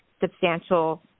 substantial